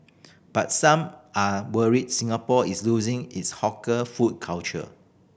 but some are worried Singapore is losing its hawker food culture